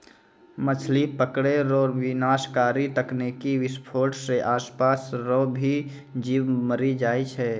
मछली पकड़ै रो विनाशकारी तकनीकी विसफोट से आसपास रो भी जीब मरी जाय छै